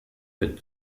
wird